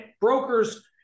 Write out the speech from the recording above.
brokers